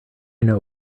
know